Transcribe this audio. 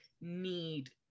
need